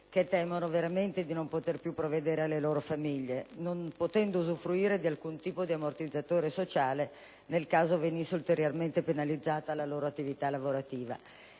che temono di non poter più provvedere alle loro famiglie, non potendo usufruire di alcun tipo di ammortizzatore sociale nel caso venisse ulteriormente penalizzata la loro attività lavorativa.